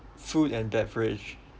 food and beverage